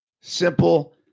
Simple